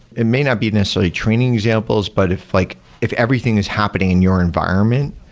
it may not be necessarily training examples, but if like if everything is happening in your environment,